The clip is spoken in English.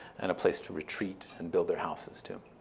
and a place to retreat and build their houses, too.